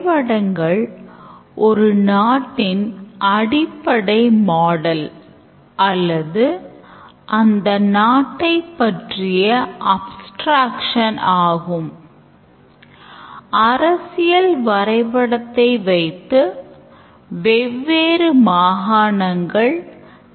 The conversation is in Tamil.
பின்னர் பணம் விநியோகிக்கப்படுகிறது மற்றும் printout உருவாக்கப்பட்டு இந்த செயல்முறை முடிவுக்கு வருகிறது